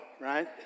right